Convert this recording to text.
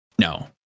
No